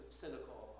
cynical